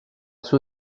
suo